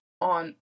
on